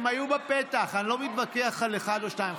הם היו בפתח, אני לא מתווכח על אחד או שניים.